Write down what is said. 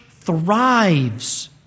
thrives